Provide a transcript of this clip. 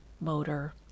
Motor